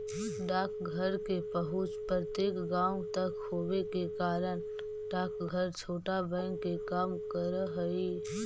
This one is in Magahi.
डाकघर के पहुंच प्रत्येक गांव तक होवे के कारण डाकघर छोटा बैंक के काम करऽ हइ